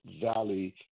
Valley